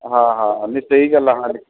ਹਾਂ ਹਾਂ ਨਹੀਂ ਸਹੀ ਗੱਲ ਆ